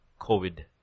COVID